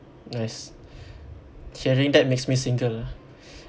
nice sharing that makes me single ah